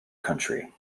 country